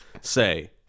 say